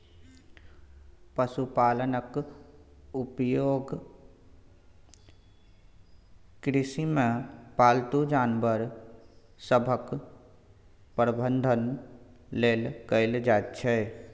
पशुपालनक उपयोग कृषिमे पालतू जानवर सभक प्रबंधन लेल कएल जाइत छै